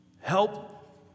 help